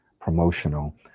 promotional